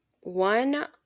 one